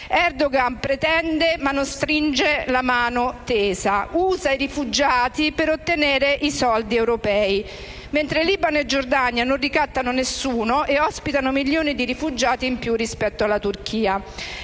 Erdogan pretende, ma non stringe la mano tesa e usa i rifugiati per ottenere i soldi europei, mentre Libano e Giordania non ricattano nessuno e ospitano milioni di rifugiati in più rispetto alla Turchia.